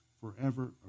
forever